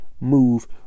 move